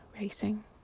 racing